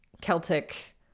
Celtic